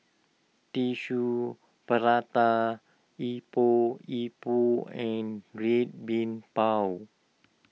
Tissue Prata Epok Epok and Red Bean Bao